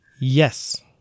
Yes